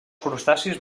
crustacis